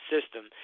system